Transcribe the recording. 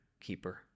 keeper